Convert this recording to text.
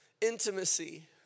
Intimacy